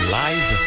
live